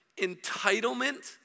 entitlement